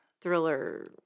thriller